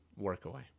Workaway